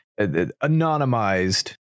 anonymized